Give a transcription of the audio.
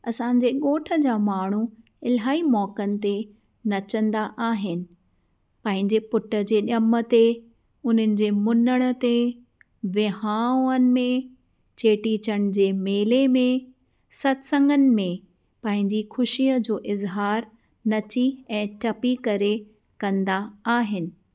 असांजे ॻोठनि जा माण्हू इलाही मौक़नि ते नचंदा आहिनि पंहिंजे पुट जे ॼम ते उन्हनि जे मुनण ते विहावन में चेटीचंड जे मेले में सतसंगनि में पंहिंजी ख़ुशीअ जो इज़िहारु नची ऐं टपी करे कंदा आहिनि